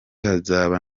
hazaba